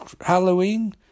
Halloween